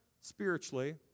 spiritually